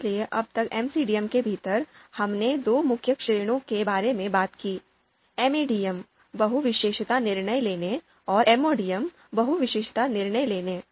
इसलिए अब तक MCDM के भीतर हमने दो मुख्य श्रेणियों के बारे में बात की MADM बहु विशेषता निर्णय लेने और MODM बहुउद्देश्यीय निर्णय लेने